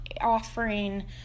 offering